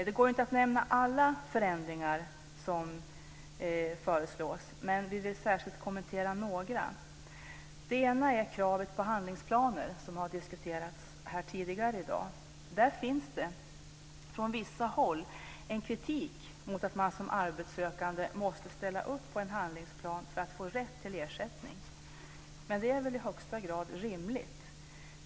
Det går inte att nämna alla förändringar som föreslås, men vi vill särskilt kommentera några. Det ena är kravet på handlingsplaner som har diskuterats här tidigare i dag. Det finns från vissa håll kritik mot att man som arbetssökande måste ställa upp på en handlingsplan för att få rätt till ersättning. Men det är väl i högsta grad rimligt.